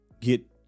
get